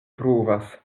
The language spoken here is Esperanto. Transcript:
pruvas